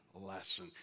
Lesson